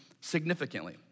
significantly